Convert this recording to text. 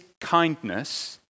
kindness